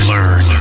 Learn